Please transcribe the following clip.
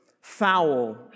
Foul